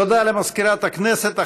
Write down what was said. תודה למזכירת הכנסת.